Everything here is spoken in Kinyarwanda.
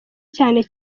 cyane